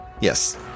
Yes